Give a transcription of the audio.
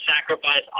sacrifice